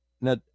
Now